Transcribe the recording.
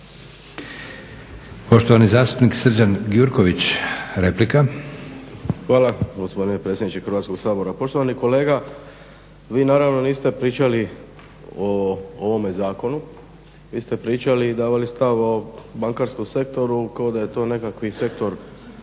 Poštovani zastupnik Srđan Gjurković, replika. **Gjurković, Srđan (HNS)** Hvala gospodine predsjedniče Hrvatskog sabora. Poštovani kolega, vi naravno niste pričali o ovome zakonu, vi ste pričali i davali stav o bankarskom sektoru kao da je to nekakvi sektor